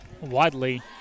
widely